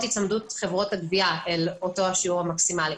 היצמדות חברות הגבייה לשיעור המקסימלי.